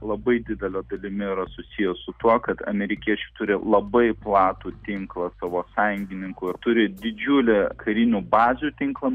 labai didele dalimi yra susiję su tuo kad amerikiečiai turi labai platų tinklą savo sąjungininkų ir turi didžiulį karinių bazių tinklą